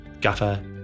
gaffer